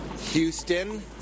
Houston